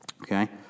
okay